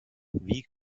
wie